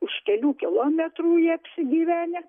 už kelių kilometrų jie apsigyvenę